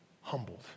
Humbled